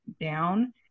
down